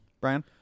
Brian